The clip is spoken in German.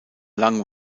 lang